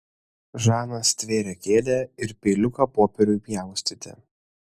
žana stvėrė kėdę ir peiliuką popieriui pjaustyti